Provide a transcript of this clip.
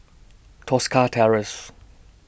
Tosca Terrace